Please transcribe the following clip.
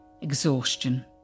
exhaustion